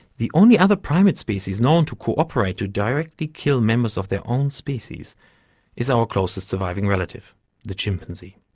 the only other primate species known to cooperate to directly kill members of their own species is our closest surviving relative the chimpanzee.